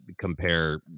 compare